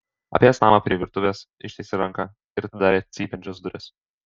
apėjęs namą prie virtuvės ištiesė ranką ir atidarė cypiančias duris